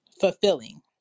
fulfilling